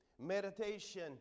meditation